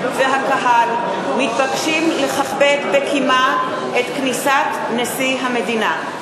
והקהל מתבקשים לכבד בקימה את כניסת נשיא המדינה.